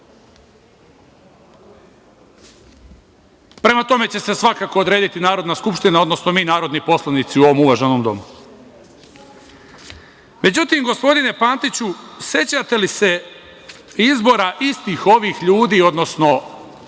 Prema tome će se svakako odrediti Narodna skupština, odnosno mi narodni poslanici u ovom uvaženom domu.Međutim, gospodine Pantiću, sećate li se izbora istih ovih ljudi, odnosno